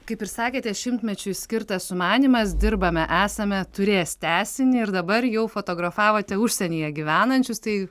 kaip ir sakėte šimtmečiui skirtas sumanymas dirbame esame turės tęsinį ir dabar jau fotografavote užsienyje gyvenančius tai